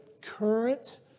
current